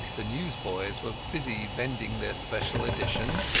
the newsboys were busy vending their special editions,